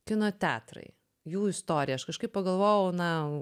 kino teatrai jų istorija aš kažkaip pagalvojau na